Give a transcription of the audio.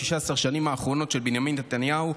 16 השנים האחרונות של בנימין נתניהו,